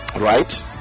Right